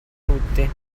tutti